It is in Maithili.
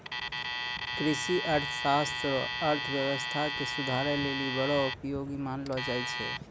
कृषि अर्थशास्त्र रो अर्थव्यवस्था के सुधारै लेली बड़ो उपयोगी मानलो जाय छै